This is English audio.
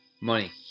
Money